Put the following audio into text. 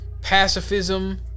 pacifism